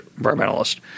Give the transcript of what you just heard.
environmentalist